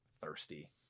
thirsty